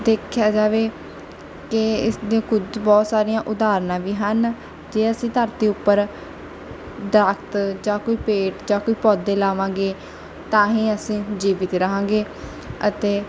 ਦੇਖਿਆ ਜਾਵੇ ਕਿ ਇਸਦੇ ਕੁਝ ਬਹੁਤ ਸਾਰੀਆਂ ਉਦਾਹਰਣਾਂ ਵੀ ਹਨ ਜੇ ਅਸੀਂ ਧਰਤੀ ਉੱਪਰ ਦਰਖ਼ਤ ਜਾਂ ਕੋਈ ਪੇੜ ਜਾਂ ਕੋਈ ਪੌਦੇ ਲਗਾਵਾਂਗੇ ਤਾਂ ਹੀਂ ਅਸੀਂ ਜੀਵਿਤ ਰਹਾਂਗੇ ਅਤੇ